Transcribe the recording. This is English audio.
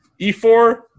E4